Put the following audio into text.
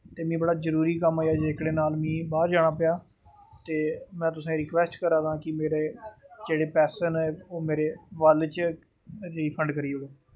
ते में एह् बड़ा जरूरी कम्म आई गेदा इक एह्कड़ा नाल मिगी बाह्र जाना पेआ ते में तुसें गी रिक्वेस्ट करा दा कि मेरे जेह्ड़े पैसे न ओह् मेरे वॉलेट च रिफंड करी ओड़ो